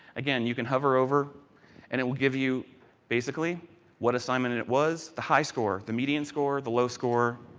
again, you can hover over and it will give you basically what assignment and it was, the high score, the medium score, the low score,